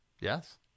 Yes